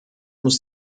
muss